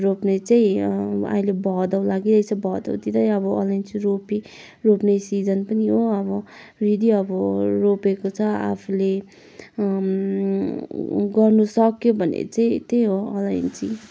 रोप्ने चाहिँ अहिले भदौ लागिरहेछ भदौतिरै अब अलैँची रोपी रोप्ने सिजन पनि हो अब यदि अब रोपेको छ आफूले गर्नु सक्यो भने चाहिँ त्यही हो अलैँची